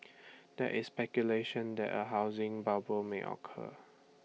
there is speculation that A housing bubble may occur